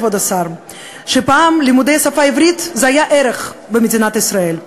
כבוד השר: פעם לימודי השפה העברית היו ערך במדינת ישראל,